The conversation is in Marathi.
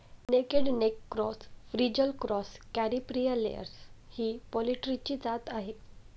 naked neck cross, frizzle cross, Caripriya layers ही पोल्ट्रीची जात आहे